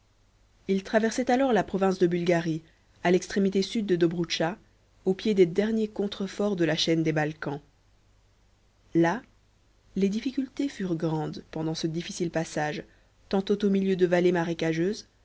ils traversaient alors la province de bulgarie à l'extrémité sud de la dobroutcha au pied des derniers contreforts de la chaîne des balkans là les difficultés furent grandes pendant ce difficile passage tantôt au milieu de vallées marécageuses